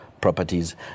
Properties